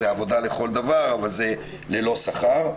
זאת עבודה לכל דבר, אבל זה לא ללא שכר.